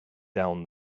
down